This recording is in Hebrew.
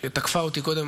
שתקפה אותי קודם,